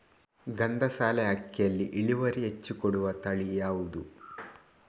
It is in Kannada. ಗಂಧಸಾಲೆ ಅಕ್ಕಿಯಲ್ಲಿ ಇಳುವರಿ ಹೆಚ್ಚು ಕೊಡುವ ತಳಿ ಯಾವುದು?